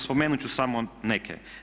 Spomenut ću samo neke.